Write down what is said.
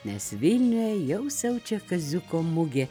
nes vilniuje jau siaučia kaziuko mugė